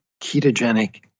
ketogenic